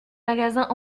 magasins